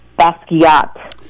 Basquiat